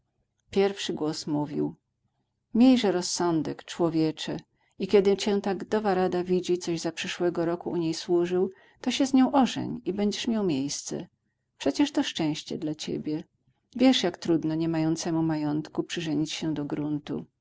pierwszy głos mówił miejże rozsądek człowiecze i kiedy cię ta gdowa rada widzi coś zaprzeszłego roku u niej służył to się z nią ożeń i będziesz miał miejsce przecie to szczęście dla ciebie wiesz jak trudno nie mającemu majątku przyżenić się do gruntu